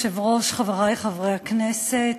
אדוני היושב-ראש, חברי חברי הכנסת,